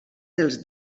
dels